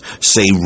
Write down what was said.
say